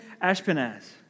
Ashpenaz